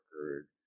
record